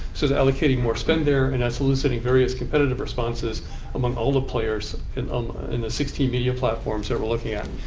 so they're allocating more spend there. and that's eliciting various competitive responses among all the players in um in the sixteen media platforms that we're looking at.